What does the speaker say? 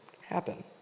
happen